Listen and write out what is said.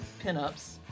pinups